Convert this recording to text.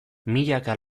milaka